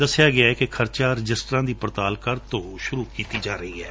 ਦੱਸਿਆ ਗੈੈ ਕਿ ਖਰਚਾ ਰਜਿਸਟਰਾਂ ਦੀ ਪੜਤਾਲ ਕੱਲ੍ਹ ਤੋਂ ਸ਼ੁਰੂ ਕੀਤੀ ਜਾ ਰਹੀ ਹੈ